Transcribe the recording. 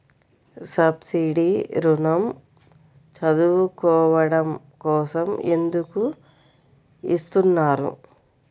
Subsidy ఋణం చదువుకోవడం కోసం ఎందుకు ఇస్తున్నారు?